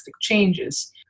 changes